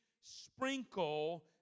sprinkle